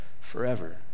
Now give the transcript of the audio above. forever